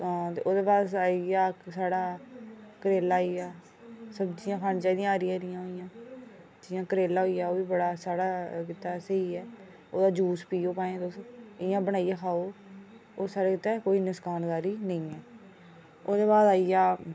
ते ओह्दे बाद आइया साढ़ा करेला आइया सब्जियां खानियां चाही दियां हरियां हरियां होनियां चाही दियां जियां करेला होइया ओह्बी साढ़े गितै स्हेई ऐ ओह्दा जूस पियो तुस भाएं बनाइयै खाओ ओह् साढ़े आस्तै नुक्सानकारी नेईं ऐ ओह्दे बाद आइया